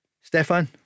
Stefan